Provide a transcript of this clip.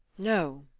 no!